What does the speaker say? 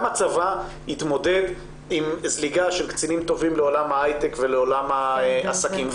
גם הצבא התמודד עם זליגה של קצינים טובים לעולם ההייטק ולעולם העסקים.